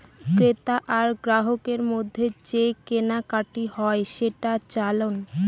ক্রেতা আর গ্রাহকের মধ্যে যে কেনাকাটি হয় সেটা চালান